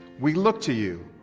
we look to you,